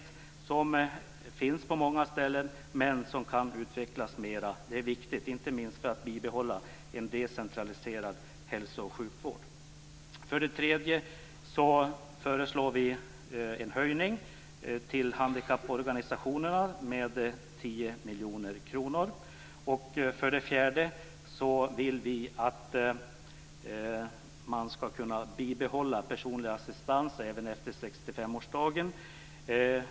Detta finns på många ställen, men det kan utvecklas vidare. Det är viktigt, inte minst för att bibehålla en decentraliserad hälso och sjukvård. För det tredje föreslår vi en höjning till handikapporganisationerna med 10 miljoner kronor. För det fjärde vill vi att man ska kunna bibehålla personlig assistans även efter 65-årsdagen.